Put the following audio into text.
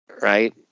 right